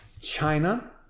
China